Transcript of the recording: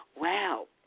Wow